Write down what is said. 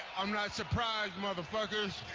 i'm not surprised motherfuckers.